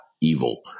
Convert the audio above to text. evil